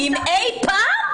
אם אי פעם?